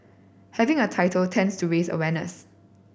having a title tends to raise awareness